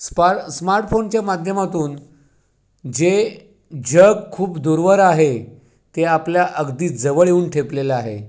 स्प स्मार्टफोनच्या माध्यमातून जे जग खूप दूरवर आहे ते आपल्या अगदी जवळ येऊन ठेपलेलं आहे